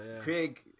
Craig